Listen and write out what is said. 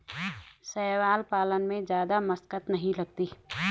शैवाल पालन में जादा मशक्कत नहीं लगती